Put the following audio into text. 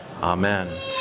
amen